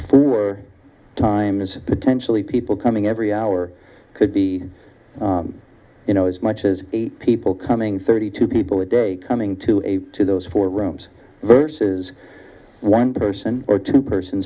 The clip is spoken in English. y times potentially people coming every hour could be you know as much as eight people coming thirty two people a day coming to a to those four rooms versus one person or two person